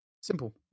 Simple